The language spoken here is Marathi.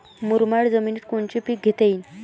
मुरमाड जमिनीत कोनचे पीकं घेता येईन?